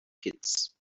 pits